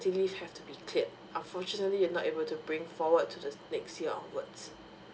leave have to be cleared unfortunately you're not able to bring forward to the next year onwards